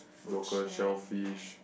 local shell fish